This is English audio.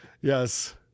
Yes